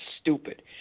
stupid